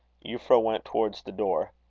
euphra went towards the door.